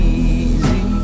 easy